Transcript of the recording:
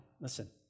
listen